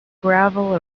gravel